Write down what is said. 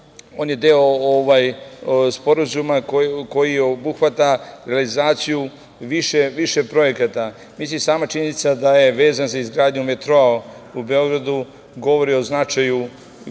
on je deo sporazuma koji obuhvata realizaciju više projekata. Sama činjenica da je vezan za izgradnju metroa u Beogradu govori o značaju ne